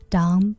Down